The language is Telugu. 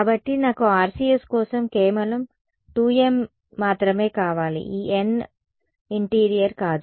కాబట్టి నాకు RCS కోసం కేవలం 2m మాత్రమే కావాలి ఈ n ఇంటీరియర్ ఫెలోస్ కాదు